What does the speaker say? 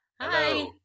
Hi